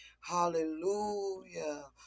Hallelujah